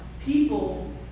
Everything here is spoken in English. people